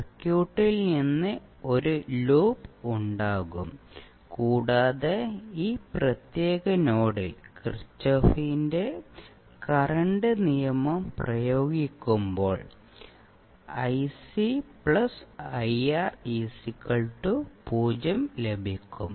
സർക്യൂട്ടിൽ നിന്ന് ഒരു ലൂപ്പ് ഉണ്ടാകും കൂടാതെ ഈ പ്രത്യേക നോഡിൽ കിർചോഫിന്റെ കറണ്ട് നിയമം Kirchhoff's current law പ്രയോഗിക്കുകയാണെങ്കിൽ ലഭിക്കും